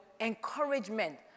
encouragement